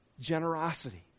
generosity